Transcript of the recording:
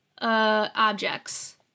Objects